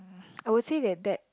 I would say that that